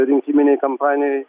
rinkiminėj kampanijoj